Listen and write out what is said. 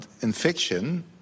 infection